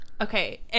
Okay